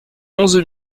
onze